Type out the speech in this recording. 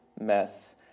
mess